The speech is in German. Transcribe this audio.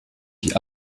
die